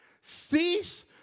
Cease